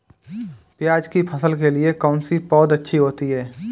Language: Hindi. प्याज़ की फसल के लिए कौनसी पौद अच्छी होती है?